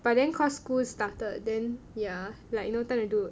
but then because school started then ya like no time to do